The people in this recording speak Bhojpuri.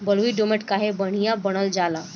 बलुई दोमट काहे बढ़िया मानल जाला?